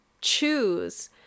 choose